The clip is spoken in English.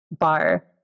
bar